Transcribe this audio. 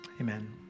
amen